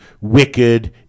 wicked